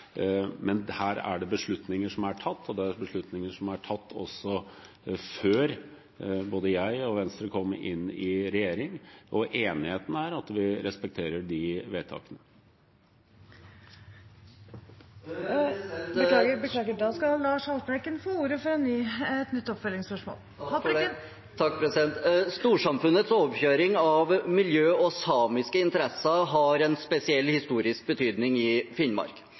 men her er det beslutninger som er tatt, og det er også beslutninger som er tatt før både jeg og Venstre kom inn i regjering. Enigheten er at vi respekterer de vedtakene. Det blir oppfølgingsspørsmål – først Lars Haltbrekken. Storsamfunnets overkjøring av miljø og samiske interesser har en spesiell historisk betydning i Finnmark.